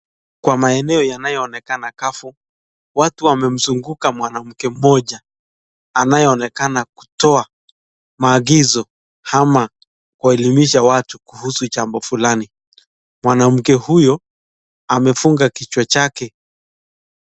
Kwa maeneo yanayoonekana kavu, watu wamemzunguka mwanamke mmoja anayeonekana kutoa maagizo ama kuelimisha watu kuhusu jambo fulani. Mwanamke huyo amefunga kichwa chake.